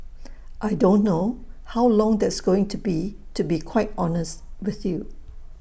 I don't know how long that's going to be to be quite honest with you